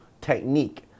technique